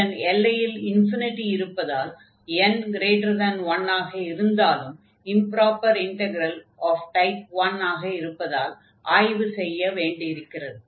இதன் எல்லையில் இன்ஃபினிடி இருப்பதால் n1 ஆக இருந்தாலும் இம்ப்ராப்பராக இன்டக்ரல் ஆஃப் டைப் 1 ஆக இருப்பதால் ஆய்வு செய்ய வேண்டியிருக்கிறது